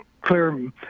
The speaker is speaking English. clear